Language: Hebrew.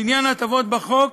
לעניין ההטבות בחוק,